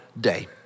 day